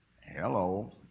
Hello